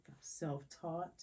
Self-taught